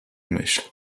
myśl